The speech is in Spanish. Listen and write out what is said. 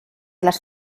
las